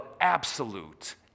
absolute